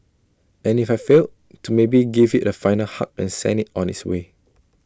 and if I failed to maybe give IT A final hug and send IT on its way